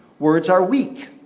words are weak.